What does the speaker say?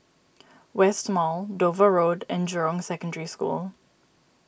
West Mall Dover Road and Jurong Secondary School